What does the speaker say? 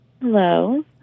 Hello